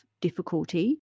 difficulty